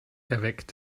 erweckt